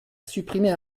supprimer